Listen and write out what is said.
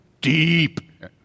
Deep